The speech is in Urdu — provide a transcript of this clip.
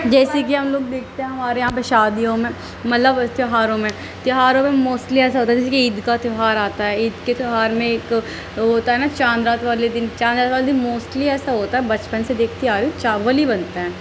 جیسے کہ ہم لوگ دیکھتے ہیں ہمارے یہاں پہ شادیوں میں مطلب تیوہاروں میں تیوہاروں میں موسٹلی ایسا ہوتا ہے جیسے کہ عید کا تیوہار آتا ہے عید کے تیوہار میں ایک وہ ہوتا ہے نہ چاند رات والے دن چاندرات والے دن موسٹلی ایسا ہوتا ہے بچپن سے دیکھتی آ رہی ہوں چاول ہی بنتا ہے